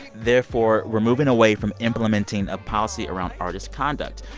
therefore, we're moving away from implementing a policy around artist conduct.